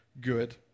good